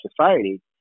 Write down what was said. society